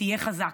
תהיה חזק,